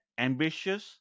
ambitious